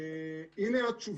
הינה התשובה.